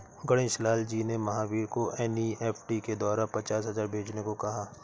गणेश लाल जी ने महावीर को एन.ई.एफ़.टी के द्वारा पचास हजार भेजने को कहा